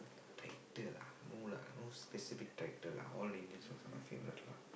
title lah no lah no specific title lah all Indians songs are my favourite lah